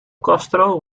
castro